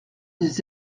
les